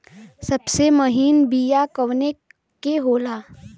सबसे महीन बिया कवने के होला?